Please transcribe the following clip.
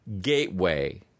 gateway